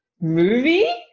movie